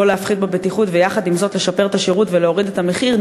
לא להפחית בבטיחות ויחד עם זאת לשפר את השירות ולהוריד את המחיר,